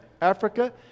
Africa